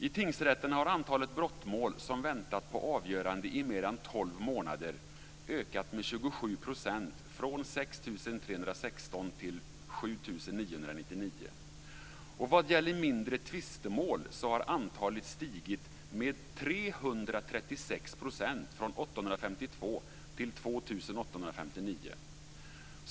I tingsrätterna har antalet brottmål som väntat på avgörande i mer än tolv månader ökat med 27 %, från 6 316 till 7 999. Vad gäller mindre tvistemål har antalet stigit med 336 %, från 852 till 2 859.